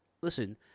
listen